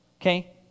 okay